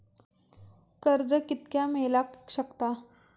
कर्ज कितक्या मेलाक शकता?